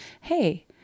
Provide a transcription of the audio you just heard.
hey